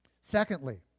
Secondly